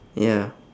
ya